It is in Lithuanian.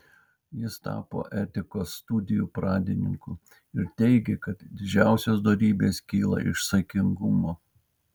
jis tapo etikos studijų pradininku ir teigė kad didžiausios dorybės kyla iš saikingumo